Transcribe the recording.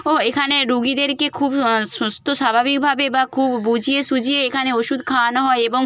ও এখানে রোগীদেরকে খুব সুস্থ স্বাভাবিকভাবে বা খুব বুঝিয়ে সুঝিয়ে এখানে ওষুধ খাওয়ানো হয় এবং